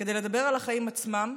כדי לדבר על החיים עצמם,